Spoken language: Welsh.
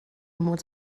mod